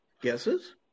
guesses